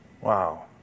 Wow